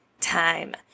time